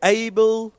able